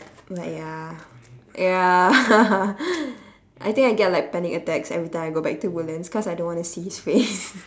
but ya ya I think I get like panic attacks every time I go back to woodlands cause I don't want to see his face